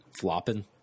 flopping